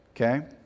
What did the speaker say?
okay